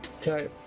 Okay